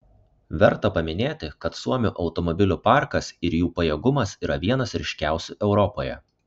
verta paminėti kad suomių automobilių parkas ir jų pajėgumas yra vienas ryškiausių europoje